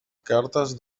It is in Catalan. cartes